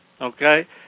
Okay